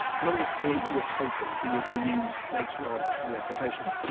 and i'm going to create you a token that you're going to use later on in the application.